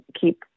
keep